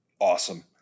awesome